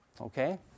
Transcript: Okay